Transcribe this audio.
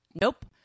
Nope